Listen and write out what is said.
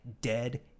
dead